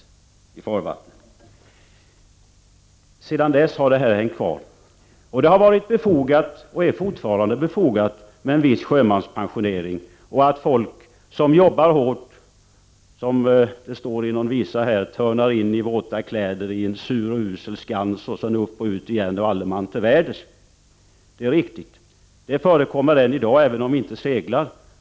Den här pensioneringen har hängt kvar sedan dess. Det har varit befogat — och är fortfarande befogat — med en viss sjömanspensionering, för folk som jobbar hårt och, som det står i någon visa, törnar in i våta kläder i en sur och usel skans och sedan upp och ut igen och alle man till väders. Detta förekommer än i dag, även om vi inte seglar.